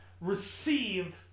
receive